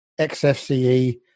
XFCE